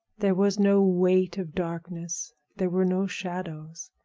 there was no weight of darkness there were no shadows.